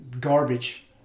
garbage